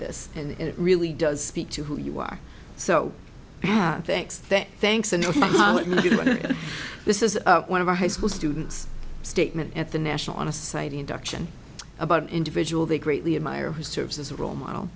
this and it really does speak to who you are so bad thanks that thanks and ok this is one of our high school students statement at the national honor society induction about an individual they greatly admire who serves as a role model